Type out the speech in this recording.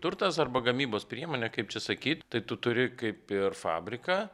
turtas arba gamybos priemonė kaip čia sakyt tai tu turi kaip ir fabriką